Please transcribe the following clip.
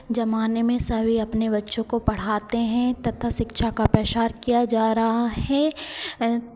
ज़माने में सभी अपने बच्चों को पढ़ाते हैं तथा शिक्षा का प्रसार किया जा रहा है